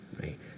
right